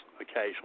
occasionally